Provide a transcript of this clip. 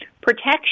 Protection